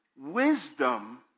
Wisdom